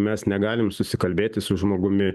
mes negalim susikalbėti su žmogumi